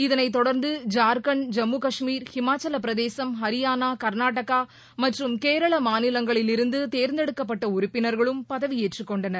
இதனைத் தொடர்ந்து ஜார்க்கண்ட் ஜம்மு காஷ்மீர் ஹிமாச்சலப் பிரதேசம் ஹரியானா கர்நாடகா மற்றும் கேரள மாநிலங்களில் இருந்து தேர்ந்தெடுக்கப்பட்ட உறுப்பினர்களும் பதவியேற்றுக் கொண்டனர்